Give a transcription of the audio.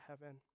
heaven